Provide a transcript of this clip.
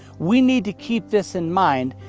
we need to keep this in mind,